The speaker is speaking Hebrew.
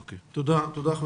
תודה.